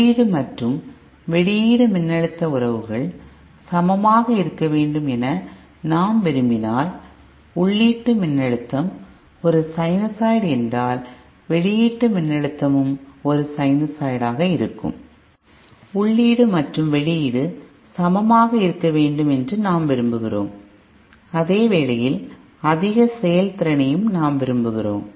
உள்ளீடு மற்றும் வெளியீட்டு மின்னழுத்த உறவுகள் சமமாக இருக்க வேண்டும் என நாம் விரும்பினால் உள்ளீட்டு மின்னழுத்தம் ஒரு சைனசாய்டு என்றால் வெளியீட்டு மின்னழுத்தமும் ஒரு சைனசாய்டு ஆக இருக்கும் உள்ளீடு மற்றும் வெளியீடு சமமாக இருக்க வேண்டும் என்று நாம் விரும்புகிறோம் அதே வேளையில் அதிக செயல் திறனையும் நாம் விரும்புகிறோம்